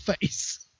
face